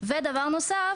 ודבר נוסף,